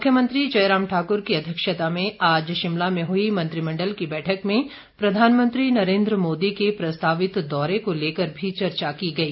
मुख्यमंत्री जयराम ठाकर की अध्यक्षता में आज शिमला में हुई मंत्रिमंडल की बैठक में प्रधानमंत्री नरेन्द्र मोदी के प्रस्तावित दौरे को लेकर भी चर्चा की गई